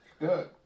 Good